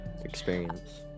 experience